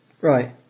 Right